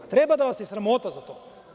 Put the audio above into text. Treba da vas je sramota za to.